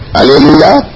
Hallelujah